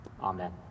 Amen